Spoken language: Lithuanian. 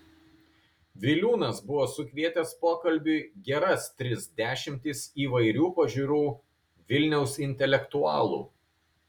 viliūnas buvo sukvietęs pokalbiui geras tris dešimtis įvairių pažiūrų vilniaus intelektualų